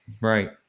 Right